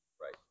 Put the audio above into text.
Right